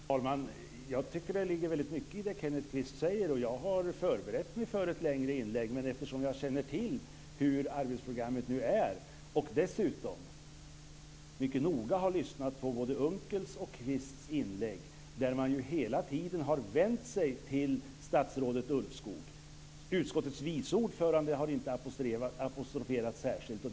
Fru talman! Jag tycker att det ligger väldigt mycket i det Kenneth Kvist säger. Jag har förberett mig för ett längre inlägg, men jag känner till hur arbetsprogrammet är och dessutom har jag mycket noga lyssnat på både Unckels och Kvists inlägg där de hela tiden vänt sig till statsrådet Ulvskog. Utskottets vice ordförande har inte apostroferats särskilt.